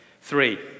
Three